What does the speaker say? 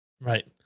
Right